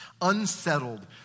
unsettled